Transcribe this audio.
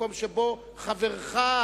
במקום שבו חברך,